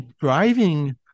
driving